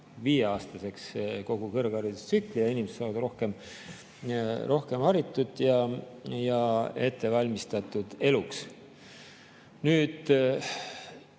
viieaastaseks kogu kõrgharidustsükli ja inimesed saavad rohkem haritud ja ettevalmistatud eluks. Kui